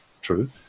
true